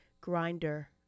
grinder